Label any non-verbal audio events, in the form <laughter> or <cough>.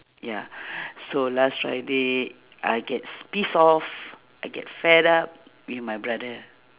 ya <breath> so last friday I gets pissed off I get fed up with my brother